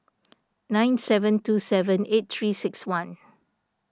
nine seven two seven eight three six one